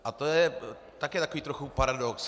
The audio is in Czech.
A to je taky tak trochu paradox.